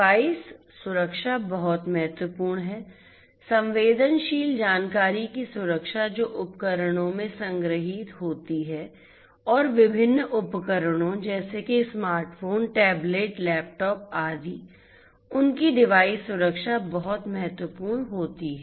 device सुरक्षा बहुत महत्वपूर्ण है संवेदनशील जानकारी की सुरक्षा जो उपकरणों में संग्रहीत होती है और विभिन्न उपकरणों जैसे कि स्मार्टफोन टैबलेट लैपटॉप आदि उनकी डिवाइस सुरक्षा बहुत महत्वपूर्ण होती है